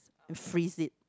and freeze it